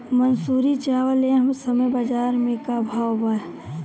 मंसूरी चावल एह समय बजार में का भाव बा?